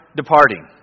departing